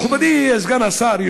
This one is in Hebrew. מכובדי סגן השר,